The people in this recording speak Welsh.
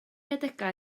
adegau